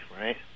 right